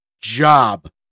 job